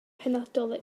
penodol